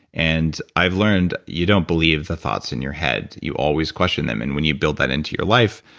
and i've learned you don't believe the thoughts in your head, you always question them. and when you build that into your life,